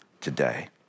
today